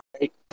right